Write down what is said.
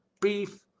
beef